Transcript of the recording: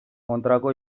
kontrako